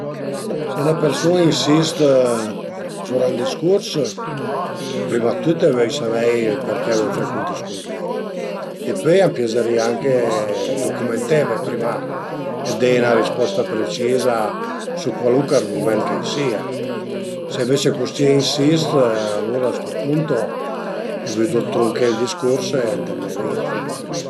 Mi l'ai mai falu però pensu ch'a sia 'na coza abastansa semplice. Prima dë tüt deve gavé ël pannolino sporch, pöi deve pìé 'na spügna ümida, ti lave ël cületo al gagnu, pöi ti büte la sua cremin-a e pöi deve büté ël pannolino da suta e pöi pieghelo ch'a s'fërmu le due alëtte për saré ël pannolino, tüt li